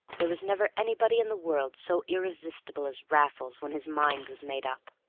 there was never anybody in the world so irresistible as raffles when his mind was made up.